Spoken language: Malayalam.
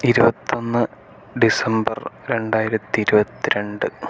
ഇരുപത്തൊന്ന് ഡിസംബർ രണ്ടായിരത്തിയിരുപത്തിരണ്ട്